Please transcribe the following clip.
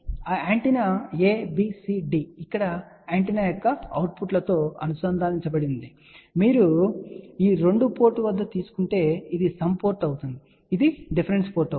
ఆ antenna A B C D ఇక్కడ antenna యొక్క అవుట్పుట్లతో అనుసంధానించబడి ఉన్నాయి మరియు ఇక్కడ మీరు ఈ 2 పోర్టు వద్ద ఇన్పుట్ తీసుకుంటే ఇది సమ్ పోర్ట్ అవుతుంది ఇది డిఫరెన్స్ పోర్ట్ అవుతుంది